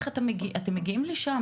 אתם מגיעים לשם?